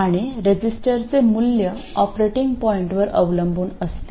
आणि रेझिस्टरचे मूल्य ऑपरेटिंग पॉईंटवर अवलंबून असते